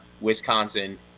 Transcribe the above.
Wisconsin